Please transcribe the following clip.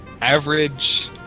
average